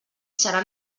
serà